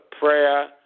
prayer